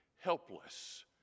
helpless